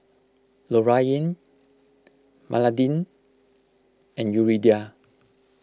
Lorayne Madalyn and Yuridia